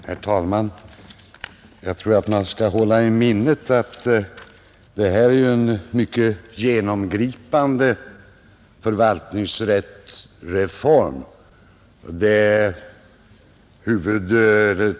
Herr talman! Jag tror att man skall hålla i minnet att det här är en mycket genomgripande förvaltningsrättsreform.